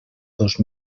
dos